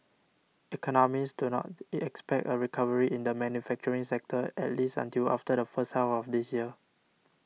economists do not it expect a recovery in the manufacturing sector at least until after the first half of this year